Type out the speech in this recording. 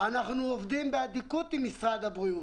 אנחנו עובדים באדיקות עם משרד הבריאות.